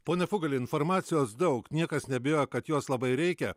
pone fugali informacijos daug niekas neabejoja kad jos labai reikia